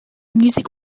music